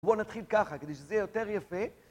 בוא נתחיל ככה, כדי שזה יהיה יותר יפה...